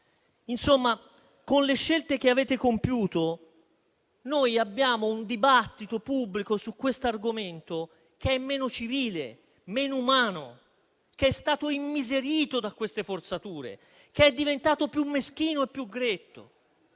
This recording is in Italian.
Insomma, con le scelte che avete compiuto abbiamo un dibattito pubblico su questo argomento che è meno civile e meno umano, che è stato immiserito da queste forzature e che è diventato più meschino e più gretto.